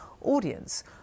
audience